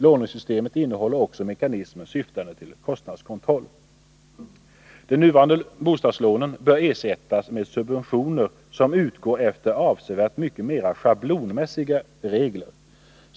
Lånesystemet innehåller också mekanismer syftande till kostnadskontroll. De nuvarande bostadslånen bör ersättas med subventioner som utgår efter avsevärt mycket mera schablonmässiga regler.